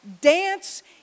dance